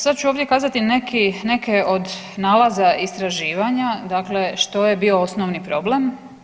Sad ću ovdje kazati neki, neke od nalaza istraživanja dakle što je bio osnovni problem.